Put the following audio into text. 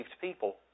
people